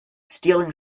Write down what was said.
stealing